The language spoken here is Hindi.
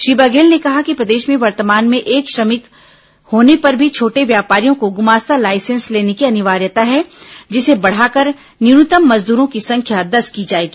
श्री बघेल ने कहा कि प्रदेश में वर्तमान में एक श्रमिक होने पर भी छोटे व्यापारियों को गुमास्ता लाइसेंस लेने की अनिवार्यता है जिसे बढ़ाकर न्यूनतम मजदूरों की संख्या दस की जाएगी